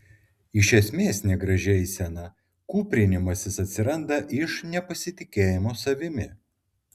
iš esmės negraži eisena kūprinimasis atsiranda iš nepasitikėjimo savimi